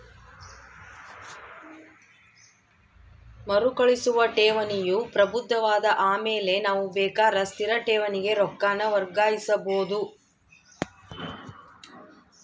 ಮರುಕಳಿಸುವ ಠೇವಣಿಯು ಪ್ರಬುದ್ಧವಾದ ಆಮೇಲೆ ನಾವು ಬೇಕಾರ ಸ್ಥಿರ ಠೇವಣಿಗೆ ರೊಕ್ಕಾನ ವರ್ಗಾಯಿಸಬೋದು